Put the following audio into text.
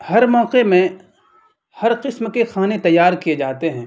ہر موقعے میں ہر قسم کے کھانے تیار کیے جاتے ہیں